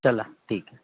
चला ठीक आहे